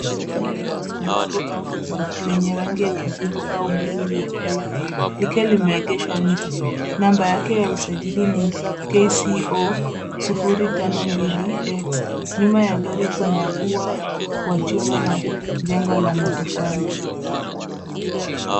Gari la Subaru Outback, lenye rangi ya kijivu au blue iliyokolea, lkiwa limeegeshwa nje. Namba yake ya usajili ni KCO 052X. Nyuma ya gari kuna ua wa chuma na jengo la matofali.